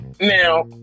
Now